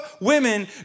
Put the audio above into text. women